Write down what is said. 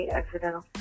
accidental